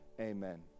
amen